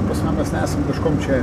ta prasme mes neesam kažkuom čia